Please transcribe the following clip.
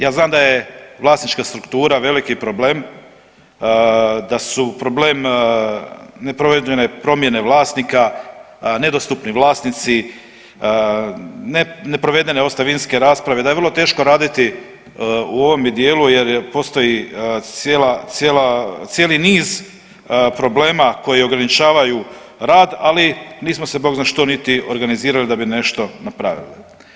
Ja znam da je vlasnička struktura veliki problem, da su problem neprovedene promjene vlasnika, nedostupni vlasnici, neprovedene ostavinske rasprave, da je vrlo teško raditi u ovome dijelu jer postoji cijeli niz problema koji ograničavaju rad ali nismo se bog zna što niti organizirali da bi nešto napravili.